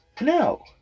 No